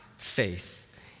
Faith